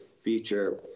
feature